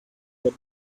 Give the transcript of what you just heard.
that